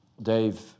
Dave